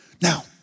Now